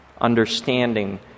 understanding